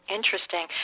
Interesting